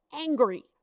angry